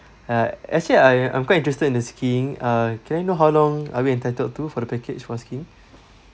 uh actually I I'm quite interested in the skiing uh can I know how long are we entitled to for the package for skiing